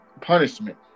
punishment